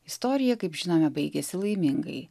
istorija kaip žinome baigėsi laimingai